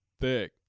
thick